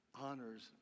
honors